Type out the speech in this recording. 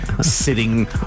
Sitting